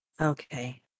Okay